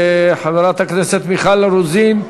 חברת הכנסת מיכל רוזין,